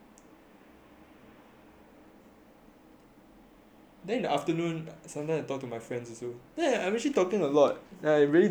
then afternoon sometimes I talk to my friends also ya I actually talk a lot ya I really don't normally talk to them also